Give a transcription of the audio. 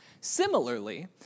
Similarly